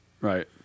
Right